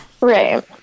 Right